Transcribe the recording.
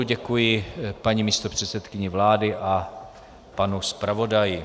Děkuji paní místopředsedkyni vlády a panu zpravodaji.